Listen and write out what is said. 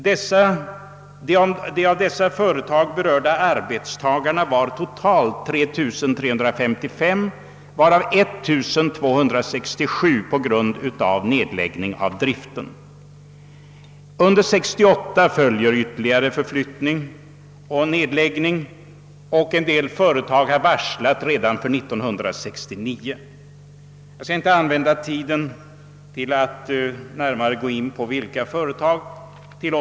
De av dessa inskränkningar och nedläggningar berörda arbetarna var totalt 3 355, varav 1267 på grund av nedläggning av driften. Under 1968 följer ytterligare flyttningar och nedläggningar, och en del företag har redan varslat härom för 1969. Jag skall inte gå in på vilka företag det gäller.